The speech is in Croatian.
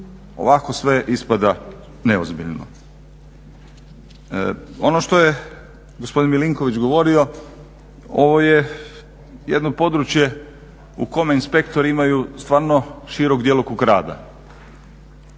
Ovako sve ispada neozbiljno. Ono što je gospodin Milinković govorio ovo je jedno područje u kome inspektori imaju stvarno širok djelokrug rada.